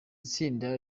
tsinda